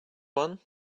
one